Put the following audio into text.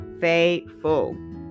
faithful